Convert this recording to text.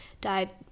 died